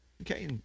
Okay